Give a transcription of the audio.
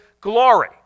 glory